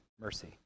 mercy